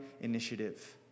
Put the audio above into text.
initiative